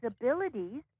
abilities